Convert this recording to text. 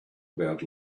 about